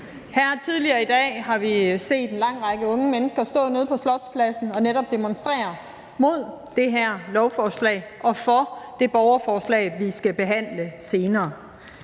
Her tidligere i dag har vi set en lang række unge mennesker stå nede på Slotspladsen og netop demonstrere mod det her lovforslag og for det borgerforslag, vi skal behandle senere.